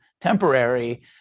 temporary